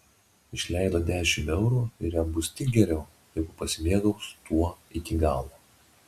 išleido dešimt eurų ir jam bus tik geriau jeigu pasimėgaus tuo iki galo